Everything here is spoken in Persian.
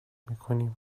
میکنیم